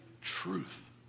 truth